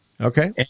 okay